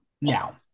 now